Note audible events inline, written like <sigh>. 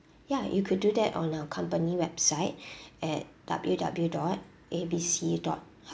ya you could do that on our company website <breath> at W W dot A B C dot h~